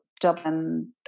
Dublin